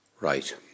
Right